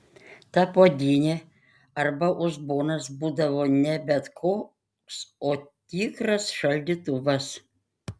ta puodynė arba uzbonas būdavo ne bet koks o tikras šaldytuvas